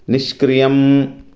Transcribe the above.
निष्क्रियम्